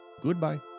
Goodbye